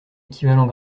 équivalent